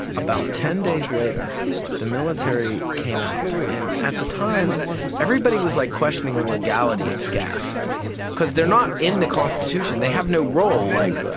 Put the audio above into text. about ten days later the military came out and at the time everybody was like questioning the ah legality of scaf because they're not in the constitution, they have no role like,